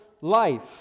life